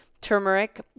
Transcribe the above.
turmeric